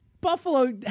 Buffalo